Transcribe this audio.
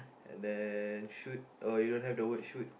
and then shoot oh you don't have the word shoot